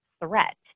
threat